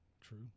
true